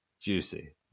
juicy